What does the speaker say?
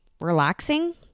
relaxing